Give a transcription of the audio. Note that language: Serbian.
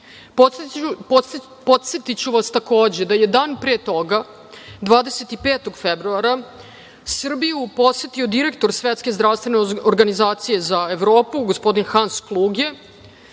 19.Podsetiću vas, takođe, da je dan pre toga, 25. februara, Srbiju posetio direktor Svetske zdravstvene organizacije za Evropu, gospodin Hans Kluge,